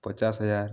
ପଚାଶ ହଜାର